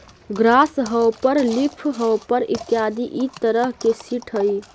grass hopper leafhopper इत्यादि इ तरह के सीट हइ